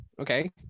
okay